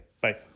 Bye